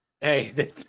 Hey